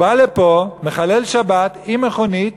הוא בא לפה, מחלל שבת, במכונית,